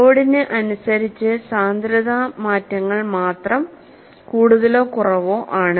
ലോഡിന് അനുസരിച്ച് സാന്ദ്രത മാറ്റങ്ങൾ മാത്രം കൂടുതലോ കുറവോ ആണ്